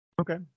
Okay